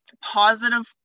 positive